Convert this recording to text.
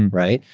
right?